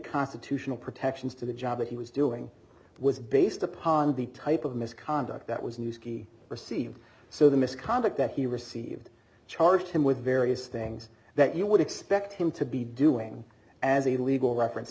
constitutional protections to the job that he was doing was based upon the type of misconduct that was new ski received so the misconduct that he received charged him with various things that you would expect him to be doing as a legal